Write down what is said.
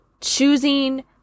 choosing